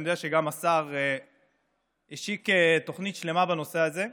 ואני יודע שגם השר השיק תוכנית שלמה בנושא הזה,